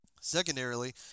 Secondarily